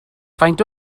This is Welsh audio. faint